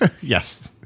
Yes